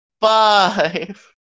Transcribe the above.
five